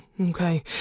Okay